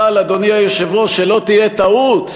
אבל, אדוני היושב-ראש, שלא תהיה טעות,